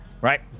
right